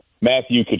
Matthew